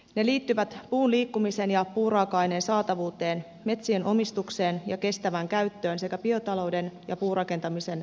ne liittyvät puun liikkumiseen ja puuraaka aineen saatavuuteen metsien omistukseen ja kestävään käyttöön sekä biotalouden ja puurakentamisen mahdollisuuksiin